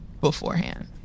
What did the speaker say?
beforehand